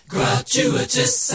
Gratuitous